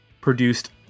produced